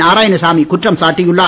நாராயணசாமி குற்றம் சாட்டியுள்ளார்